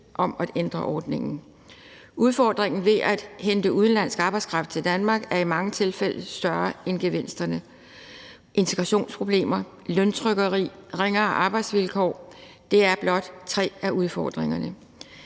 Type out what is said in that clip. om at ændre ordningen. Udfordringen ved at hente udenlandsk arbejdskraft til Danmark er i mange tilfælde større end gevinsterne. Integrationsproblemer, løntrykkeri og ringere arbejdsvilkår er blot tre af udfordringerne.